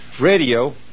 radio